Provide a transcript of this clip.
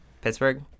Pittsburgh